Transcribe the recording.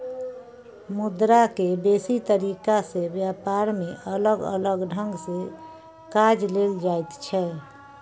मुद्रा के बेसी तरीका से ब्यापार में अलग अलग ढंग से काज लेल जाइत छै